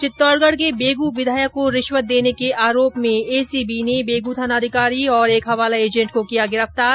चित्तौडगढ के बेगूं विधायक को रिश्वत देने के आरोप में एसीबी ने बेगूं थानाधिकारी और एक हवाला एजेन्ट को किया गिरफ्तार